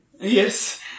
Yes